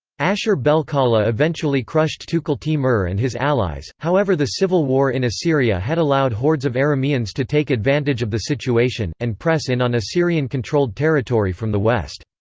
ashur-bel-kala eventually crushed tukulti-mer and his allies, however the civil war in assyria had allowed hordes of arameans to take advantage of the situation, and press in on assyrian controlled territory from the west.